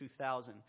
2000